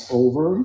over